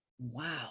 Wow